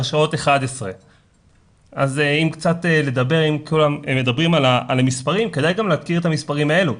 הרשעות 11. אז אם מדברים על המספרים כדאי גם להכיר את המספרים האלה,